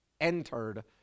entered